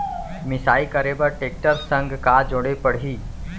मिसाई करे बर टेकटर संग का जोड़े पड़ही?